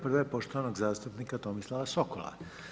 Prva je poštovanog zastupnika Tomislava Sokola.